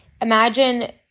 imagine